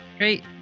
Great